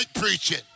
preaching